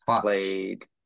played